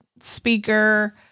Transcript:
speaker